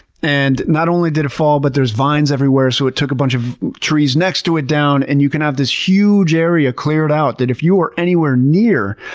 and not only did it fall, but there's vines everywhere, so it took a bunch of trees next to it down. and you can have this huge area cleared out that if you are anywhere near,